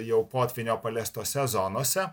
jau potvynio paliestose zonose